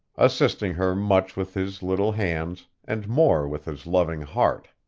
assisting her much with his little hands, and more with his loving heart.